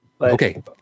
Okay